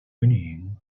whinnying